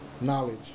knowledge